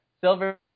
Silver